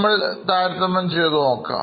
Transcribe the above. തമ്മിൽ താരതമ്യം ചെയ്തുനോക്കാം